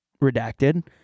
Redacted